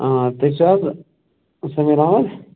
آ تُہۍ چھِو حظ سمیٖر احمد